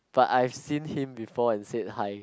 but I've seen him before and said hi